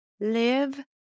Live